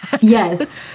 Yes